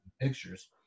pictures